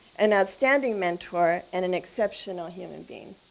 an outstanding mentor, and an exceptional human being.